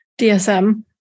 DSM